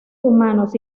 humanos